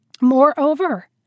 Moreover